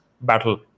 battle